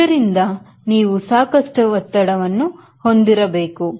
ಆದ್ದರಿಂದ ನೀವು ಸಾಕಷ್ಟು ಒತ್ತಡವನ್ನು ಹೊಂದಿರಬೇಕು